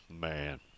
man